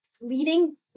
leading